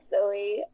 silly